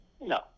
No